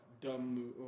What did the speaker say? dumb